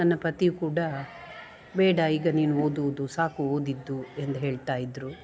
ನನ್ನ ಪತಿಯು ಕೂಡ ಬೇಡ ಈಗ ನೀನು ಓದುವುದು ಸಾಕು ಓದಿದ್ದು ಎಂದು ಹೇಳ್ತಾ ಇದ್ದರು